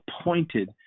appointed